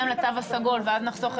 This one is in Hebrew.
לטובת הבריאות של אזרחי ישראל וגם שתיטיב,